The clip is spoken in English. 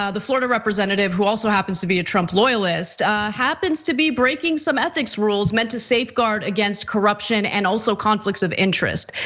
ah the florida representative who also happens to be a trump loyalist happens to be breaking some ethics rules meant to safeguard against corruption and also conflicts of interest.